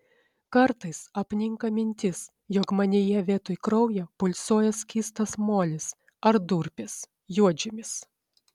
kartais apninka mintis jog manyje vietoj kraujo pulsuoja skystas molis ar durpės juodžemis